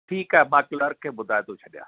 ठीकु आहे मां क्लर्क खे ॿुधाइ थो छॾियां